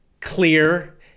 clear